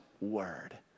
Word